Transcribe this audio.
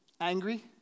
Angry